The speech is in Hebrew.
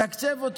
לתקצב אותו.